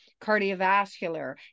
cardiovascular